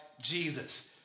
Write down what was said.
Jesus